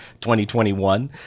2021